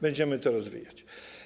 Będziemy to rozwijać.